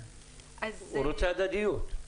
הוא רוצה הדדיות.